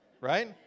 right